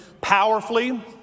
powerfully